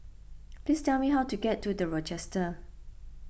please tell me how to get to the Rochester